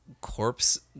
corpse